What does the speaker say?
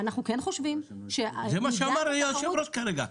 זה מה שאמר היושב-ראש כרגע.